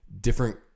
different